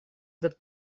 этот